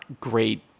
great